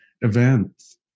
events